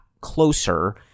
closer